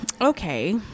Okay